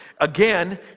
Again